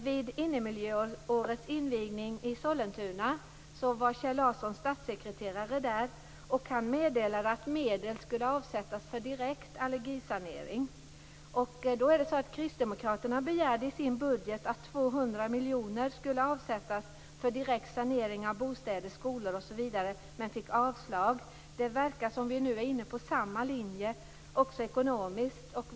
Vid invigningen av Innemiljöåret i Sollentuna sade Kjell Larssons statssekreterare att medel skall avsättas för direkt allergisanering. Kristdemokraterna har begärt att 200 miljoner kronor skall avsättas för direkt sanering av bostäder, skolor m.m., men har fått avslag på denna begäran. Det verkar nu som om vi också ekonomiskt är inne på samma linje.